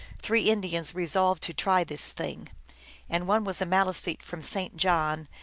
three in dians resolved to try this thing and one was a mali seet from st. john,